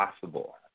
possible